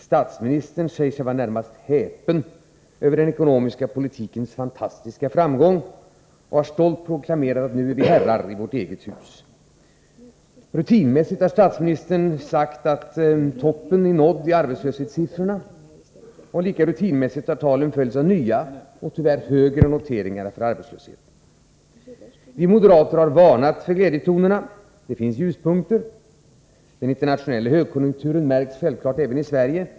Statsministern säger sig vara närmast häpen över den ekonomiska politikens fantastiska framgång och har stolt proklamerat att ”nu är vi herrar i vårt eget hus”. Rutinmässigt har statsministern sagt att toppen är nådd i arbetslöshetssiffrorna. Och lika rutinmässigt har talen tyvärr följts av nya högre noteringar för arbetslösheten. Vi moderater har varnat för glädjetonerna. Det finns ljuspunkter. Den internationella högkonjunkturen märks självfallet även i Sverige.